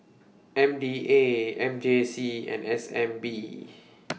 M D A M J C and S N B